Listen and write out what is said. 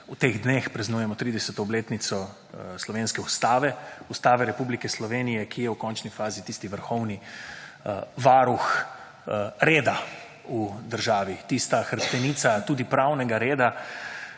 v teh dneh praznujemo 30. obletnico slovenske Ustave, Ustave Republike Slovenije, ki je v končni fazi tisti vrhovni varuh reda v državi, tista hrbtenica tudi pravnega reda,